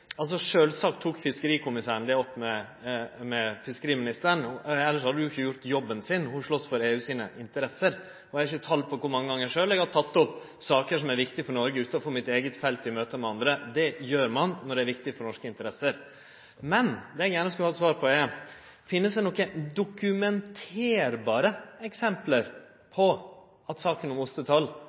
hadde ho jo ikkje gjort jobben sin. Ho slåst for EUs interesser. Eg har ikkje tal på kor mange gongar eg sjølv har teke opp saker som er viktige for Noreg – utanfor mitt eige felt – i møte med andre. Det gjer ein når det er viktig for norske interesser. Men det eg gjerne skulle hatt svar på, er: Finst det nokre dokumenterbare eksempel på at saka